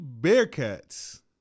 Bearcats